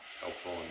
helpful